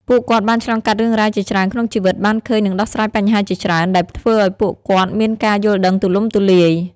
ពួកគាត់បានឆ្លងកាត់រឿងរ៉ាវជាច្រើនក្នុងជីវិត បានឃើញ និងដោះស្រាយបញ្ហាជាច្រើន ដែលធ្វើឲ្យពួកគាត់មានការយល់ដឹងទូលំទូលាយ។